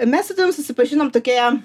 mes su tavim susipažinom tokioje